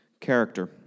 character